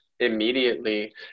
immediately